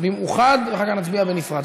במאוחד ואחר כך נצביע בנפרד.